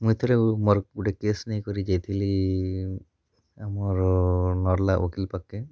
ମୁଁଇ ଥିରେ ମୋର୍ ଗୁଟେ କେସ୍ ନେଇକରି ଯାଇଥିଲି ଆମର୍ ନର୍ଲା ଓକିଲ୍ ପାଖ୍କେ୍